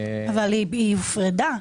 אבל היא הופרדה.